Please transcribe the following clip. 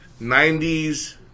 90s